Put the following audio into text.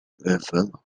evil